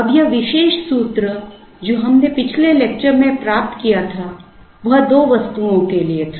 अब यह विशेष सूत्र जो हमने पिछले लेक्चर में प्राप्त किया था वह दो वस्तुओं के लिए था